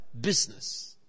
business